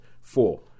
four